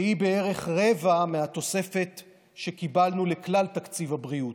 שהיא בערך רבע מהתוספת שקיבלנו לכלל תקציב הבריאות,